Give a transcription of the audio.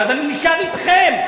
אז אני נשאר אתכם,